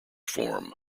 form